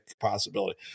possibility